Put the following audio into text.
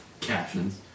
Captions